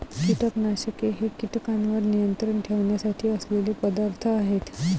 कीटकनाशके हे कीटकांवर नियंत्रण ठेवण्यासाठी असलेले पदार्थ आहेत